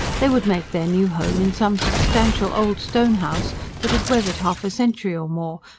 they would make their new home in some substantial old stone house that had weathered half a century or more,